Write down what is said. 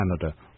Canada